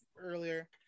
earlier